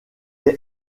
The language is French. est